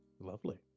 lovely